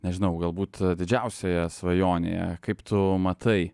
nežinau galbūt didžiausioje svajonėje kaip tu matai